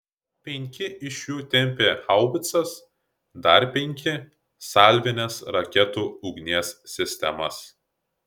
penki iš jų tempė haubicas dar penki salvinės raketų ugnies sistemas